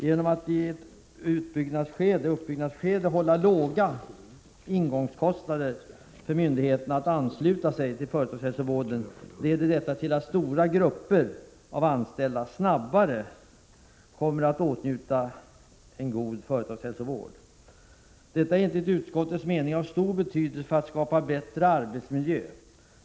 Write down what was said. Genom att i ett uppbyggnadsskede hålla låga ingångskostnader för myndigheterna när det gäller att ansluta sig till företagshälsovården kan stora grupper av anställda snabbare komma i åtnjutande av en god företagshälsovård. Detta är enligt utskottets mening av stor betydelse för arbetet med att skapa en bättre arbetsmiljö.